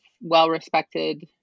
well-respected